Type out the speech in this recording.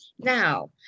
Now